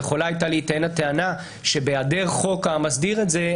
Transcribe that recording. יכולה הייתה להיטען הטענה שבהיעדר חוק המסדיר את זה,